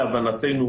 להבנתנו,